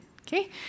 okay